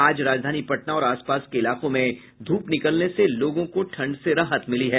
आज राजधानी पटना और आसपास के इलाकों में ध्रप निकलने से लोगों को ठंड से राहत मिली है